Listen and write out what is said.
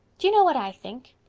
do you know what i think?